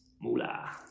mula